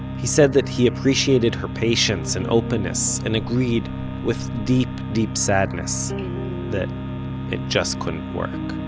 he said that he appreciated her patience, and openness, and agreed with deep deep sadness that it just couldn't work.